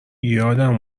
یادم